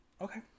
Okay